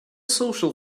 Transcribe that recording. social